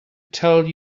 tell